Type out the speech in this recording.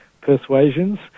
persuasions